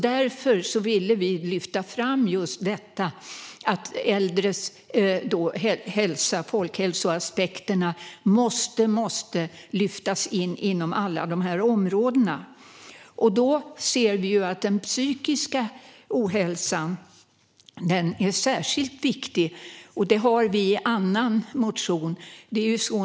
Därför ville vi lyfta fram att folkhälsoaspekterna för äldre måste lyftas in inom alla dessa områden. Vi kan se att den psykiska ohälsan är särskilt viktig. Det har vi tagit upp i en annan motion.